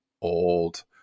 old